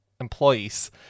employees